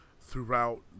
throughout